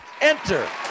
Enter